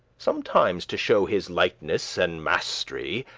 sometimes, to show his lightness and mast'ry,